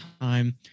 time